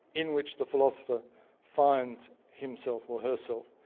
in which the philosopher finds himself or herself,